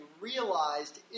realized